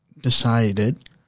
decided